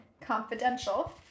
confidential